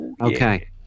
Okay